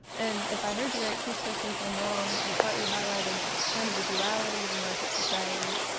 and if i heard you right, please correct me if i'm wrong, i thought you highlighted kind of a duality of a market society